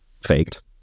faked